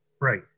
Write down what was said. Right